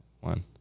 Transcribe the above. one